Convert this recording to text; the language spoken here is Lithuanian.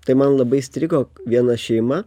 tai man labai įstrigo viena šeima